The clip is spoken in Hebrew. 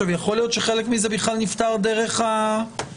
יכול להיות שחלק מזה נפתר דרך הכללים